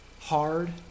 hard